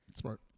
Smart